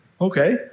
Okay